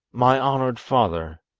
my honoured father,